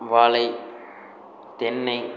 வாழை தென்னை